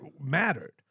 mattered